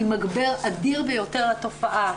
היא מגבר אדיר ביותר לתופעה,